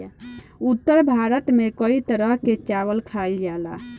उत्तर भारत में कई तरह के चावल खाईल जाला